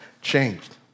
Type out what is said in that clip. changed